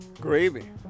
Gravy